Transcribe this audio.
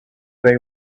they